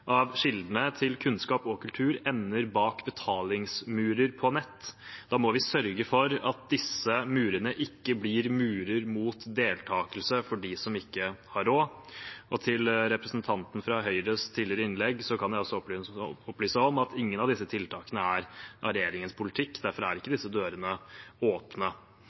av kildene til kunnskap og kultur ender bak betalingsmurer på nett, må vi sørge for at disse murene ikke blir murer mot deltakelse for dem som ikke har råd. Til representanten fra Høyres tidligere innlegg kan jeg også opplyse om at ingen av disse tiltakene er av regjeringens politikk. Derfor er ikke disse dørene åpne.